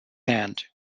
hand